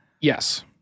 Yes